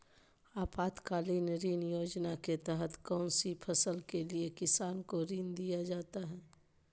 आपातकालीन ऋण योजना के तहत कौन सी फसल के लिए किसान को ऋण दीया जाता है?